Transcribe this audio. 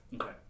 Okay